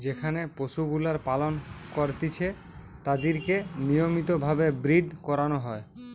যেখানে পশুগুলার পালন করতিছে তাদিরকে নিয়মিত ভাবে ব্রীড করানো হয়